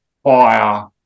fire